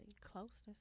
closeness